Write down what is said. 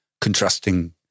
contrasting